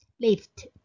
lift